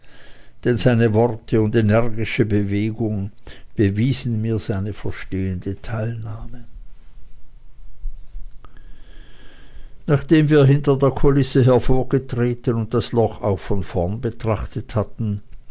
denn seine worte und energische bewegung bewiesen mir seine verstehende teilnahme nachdem wir hinter der kulisse hervorgetreten und das loch auch von vorn betrachtet hatten